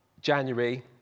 January